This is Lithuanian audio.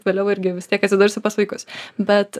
vėliau irgi vis tiek atsidursiu pas vaikus bet